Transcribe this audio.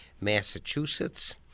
Massachusetts